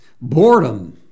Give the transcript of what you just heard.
Boredom